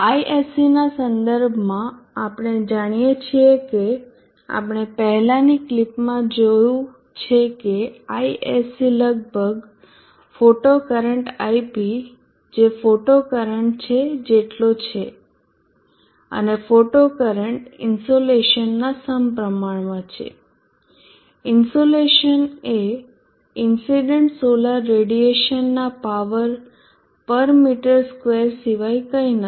Isc ના સંદર્ભમાં આપણે જાણીએ છીએ કે આપણે પહેલાની ક્લિપમાં જોયું છે કે Isc લગભગ ફોટો કરંટ Ip જે ફોટો કરંટ છે જેટલો છે અને ફોટો કરંટ ઇન્સોલેશનના સમપ્રમાણમાં છે ઇન્સોલેશન એ ઇન્સીડન્ટ સોલર રેડિયેશનના પાવર પર મીટર સ્ક્વેર સિવાય કંઇ નથી